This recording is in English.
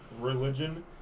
religion